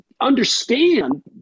understand